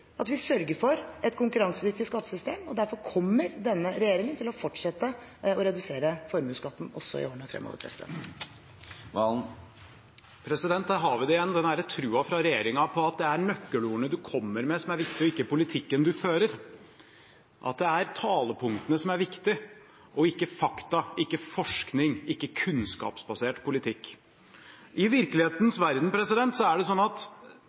at vi sørger for et konkurransedyktig skattesystem, og derfor kommer denne regjeringen til å fortsette å redusere formuesskatten også i årene fremover. Der har vi det igjen – den troen til regjeringen på at det er nøkkelordene en kommer med, som er viktige, og ikke politikken en fører, at det er talepunktene som er viktige, og ikke fakta, ikke forskning, ikke kunnskapsbasert politikk. I virkelighetens verden er det slik at